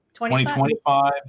2025